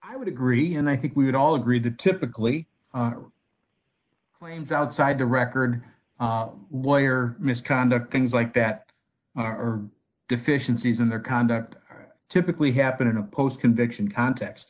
i would agree and i think we would all agree that typically claims outside to record lawyer misconduct things like that are deficiencies in their conduct typically happen in a post conviction context